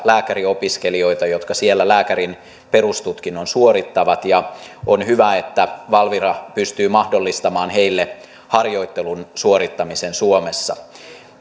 lääkäriopiskelijoita jotka siellä lääkärin perustutkinnon suorittavat ja on hyvä että valvira pystyy mahdollistamaan heille harjoittelun suorittamisen suomessa